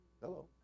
Hello